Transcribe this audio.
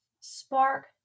spark